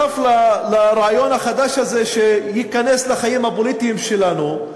בנוסף לרעיון החדש הזה שייכנס לחיים הפוליטיים שלנו,